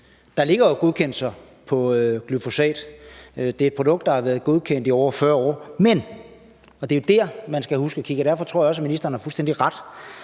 jo ligger godkendelser på glyfosat. Det er et produkt, der har været godkendt i over 40 år, men – og det er jo det, man skal huske at kigge på, og derfor tror jeg også, at ministeren har fuldstændig ret